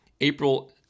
April